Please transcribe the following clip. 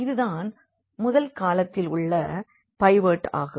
இதுதான் முதல் காலத்தில் உள்ள பைவோட் ஆகும்